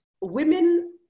Women